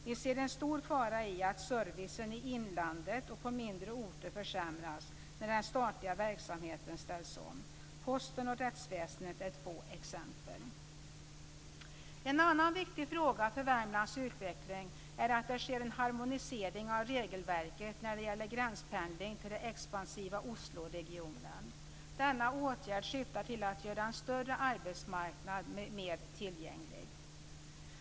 Vi ser en stor fara i att servicen i inlandet och på mindre orter försämras när den statliga verksamheten ställs om. Posten och rättsväsendet är två exempel. En annan viktig fråga för Värmlands utveckling är att det sker en harmonisering av regelverket när det gäller gränspendling till den expansiva Osloregionen. Denna åtgärd syftar till att göra en större arbetsmarknad mer tillgänglig.